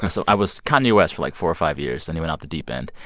so i was kanye west for, like, four or five years, then he went off the deep end.